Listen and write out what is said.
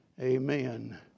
Amen